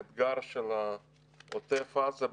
האתגר של עוטף עזה,